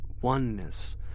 oneness